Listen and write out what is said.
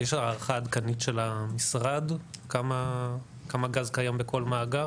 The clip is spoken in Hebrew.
יש הערכה עדכנית של המשרד כמה גז קיים בכל מאגר?